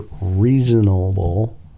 reasonable